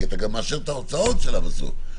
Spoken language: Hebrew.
כי אתה גם מאשר את ההוצאות שלה בסוף,